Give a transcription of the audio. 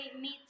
meet